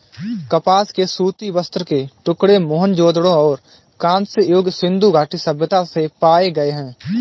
कपास के सूती वस्त्र के टुकड़े मोहनजोदड़ो और कांस्य युग सिंधु घाटी सभ्यता से पाए गए है